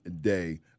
Day